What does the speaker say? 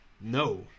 no